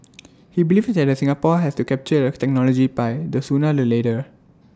he believes that the Singapore has to capture the technology pie the sooner the letter